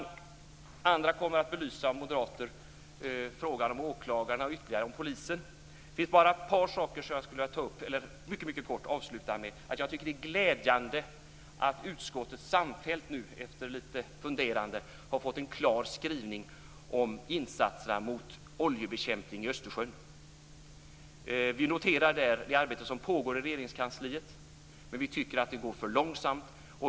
Andra moderater kommer att belysa frågan om åklagarna och ytterligare frågor om polisen. Det finns dock ett par saker som jag mycket kort skulle vilja avsluta med. Det är glädjande att utskottet samfällt efter litet funderande har fått en klar skrivning om insatserna för oljebekämpning i Östersjön. Vi noterar det arbete som pågår i Regeringskansliet, men vi tycker att det går för långsamt.